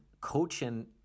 coaching